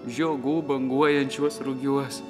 žiogų banguojančiuos rugiuose